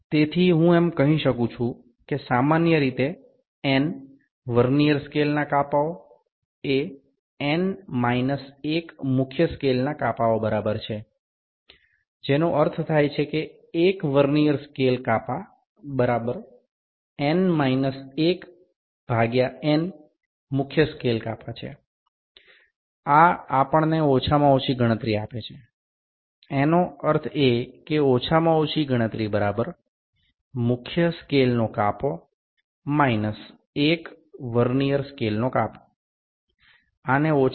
সুতরাং আমি সাধারণভাবে বলতে পারি যে ভার্নিয়ার স্কেলের n বিভাগ মূল স্কেলের n ১টি ভাগের সমান যার অর্থ ভার্নিয়ার স্কেলের ১টি বিভাগ n ১ ভাগ n মূল স্কেল বিভাগ এর সমান এটি আমাদের সর্বনিম্ন গণনা দেয় এর অর্থ সর্বনিম্ন গণনাটি ১ টি মূল স্কেল বিভাগ বিয়োগ ১টি ভার্নিয়ার স্কেল বিভাগের সমান